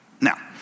Now